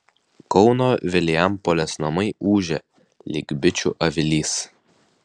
kauno vilijampolės namai ūžia lyg bičių avilys